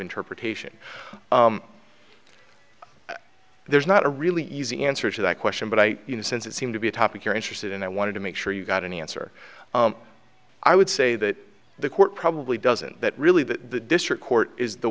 interpretation there's not a really easy answer to that question but i you know since it seems to be a topic you're interested in i wanted to make sure you got any answer i would say that the court probably doesn't that really the district court is the